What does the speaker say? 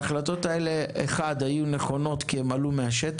וההחלטות האלה: אחת, היו נכונות כי הן עלו מהשטח.